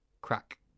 Crack